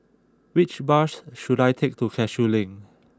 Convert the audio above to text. which bus should I take to Cashew Link